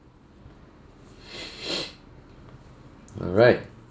alright